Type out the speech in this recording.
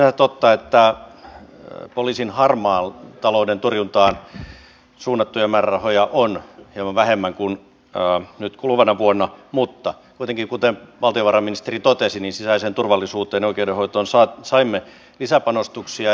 on sinänsä totta että poliisin harmaan talouden torjuntaan suunnattuja määrärahoja on hieman vähemmän kuin nyt kuluvana vuonna mutta kuitenkin kuten valtiovarainministeri totesi sisäiseen turvallisuuteen ja oikeudenhoitoon saimme lisäpanostuksia